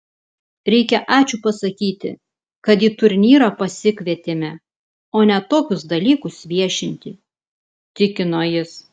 reikia ačiū pasakyti kad į turnyrą pasikvietėme o ne tokius dalykus viešinti tikino jis